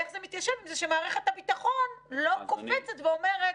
איך זה מתיישב עם זה שמערכת הביטחון לא קופצת ואומרת: